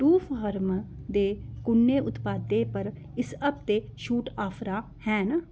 टूफार्मा दे कु'नें उत्पादें पर इस हफ्तै छूट ऑफरां हैन